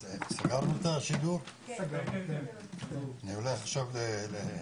אני באמת רוצה להודות בשם הוועדה,